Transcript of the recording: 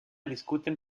discuten